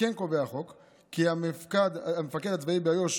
כמו כן קובע החוק כי המפקד הצבאי באיו"ש